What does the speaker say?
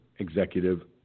Executive